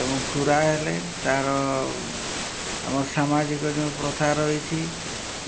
ଏବଂ ଖୁରା ହେଲେ ତାର ଆମ ସାମାଜିକ ଯେଉଁ ପ୍ରଥା ରହିଛି